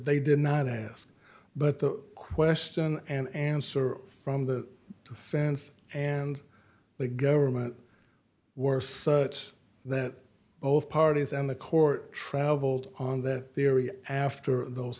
they did not ask but the question and answer from the defense and the government were such that both parties and the court travelled on that area after those